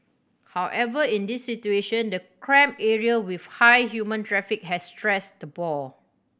however in this situation the cramped area with high human traffic had stressed the boar